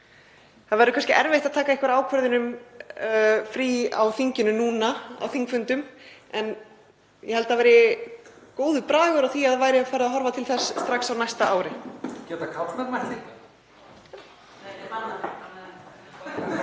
Það er kannski erfitt að taka einhverja ákvörðun um frí á þinginu núna, hlé á þingfundum, en ég held að það væri góður bragur á því að það væri farið að horfa til þess strax á næsta ári.